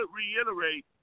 reiterate